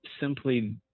simply